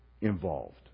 involved